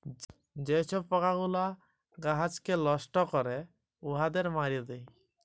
যে ছব পকাগুলা গাহাচকে লষ্ট ক্যরে উয়াদের মাইরে দেয়